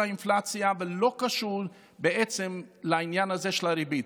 לאינפלציה ולא קשורים בעצם לעניין הזה של הריבית,